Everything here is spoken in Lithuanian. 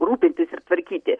rūpintis ir tvarkyti